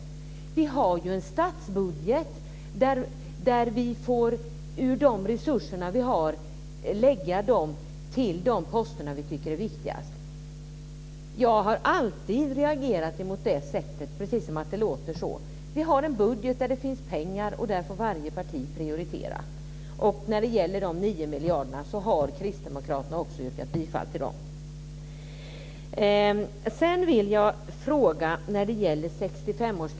Jag har alltid reagerat när det låter så. Vi har en statsbudget. De resurser vi har får vi lägga på de poster vi tycker är viktigast. Varje parti får prioritera. När de gäller de 9 miljarderna vill jag säga att också kristdemokraterna har yrkat bifall.